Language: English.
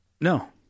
No